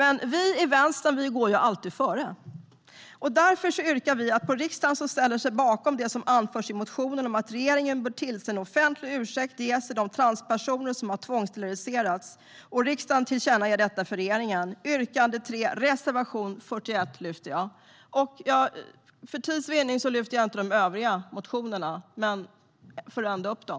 Vi i Vänstern går dock alltid före. Därför yrkar jag att riksdagen ställer sig bakom det som anförs i motionen om att regeringen bör tillse att en offentlig ursäkt ges till de transpersoner som har tvångssteriliserats och att riksdagen tillkännager detta för regeringen. Jag yrkar bifall till reservation 41. För tids vinnande yrkar jag inte bifall till våra övriga reservationer, men jag står ändå bakom dem.